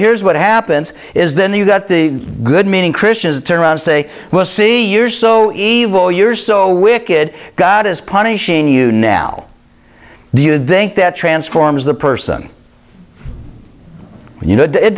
here's what happens is then you got the good meaning christians turn around say will see you're so evil years so wicked god is punishing you now do you think that transforms the person you know it